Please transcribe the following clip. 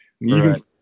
Right